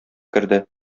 керде